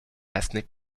ethnic